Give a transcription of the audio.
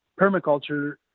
permaculture